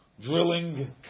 drilling